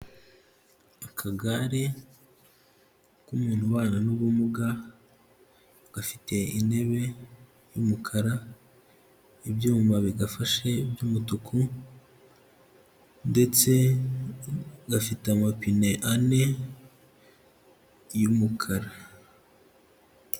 Akagare k'umuntu ubana n'ubumuga gafite intebe y'umukara, ibyuma bigafashe by'umutuku ndetse gafite amapine ane y'umukara.